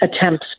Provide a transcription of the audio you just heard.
attempts